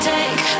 Take